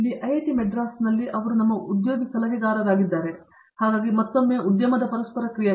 ಇಲ್ಲಿ ಐಐಟಿ ಮದ್ರಾಸ್ನಲ್ಲಿ ಅವರು ನಮ್ಮ ಉದ್ಯೋಗಿ ಸಲಹೆಗಾರರಾಗಿದ್ದಾರೆ ಹಾಗಾಗಿ ಮತ್ತೊಮ್ಮೆ ಉದ್ಯಮದ ಪರಸ್ಪರ ಕ್ರಿಯೆ